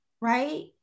right